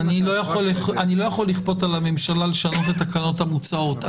אני לא יכול לכפות על הממשלה לשנות את התקנות המוצעות.